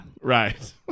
Right